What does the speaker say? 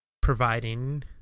providing